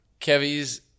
Kevy's